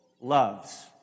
loves